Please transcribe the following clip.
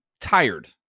tired